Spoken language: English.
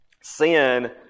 sin